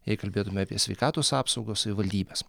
jei kalbėtume apie sveikatos apsaugą savivaldybes